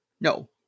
no